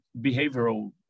behavioral